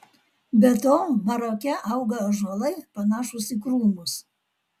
be to maroke auga ąžuolai panašūs į krūmus